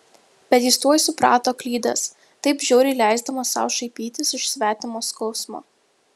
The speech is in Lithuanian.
bet jis tuoj suprato klydęs taip žiauriai leisdamas sau šaipytis iš svetimo skausmo